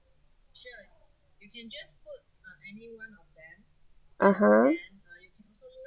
(uh huh)